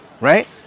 Right